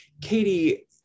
Katie